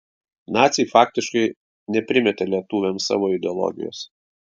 naciai faktiškai neprimetė lietuviams savo ideologijos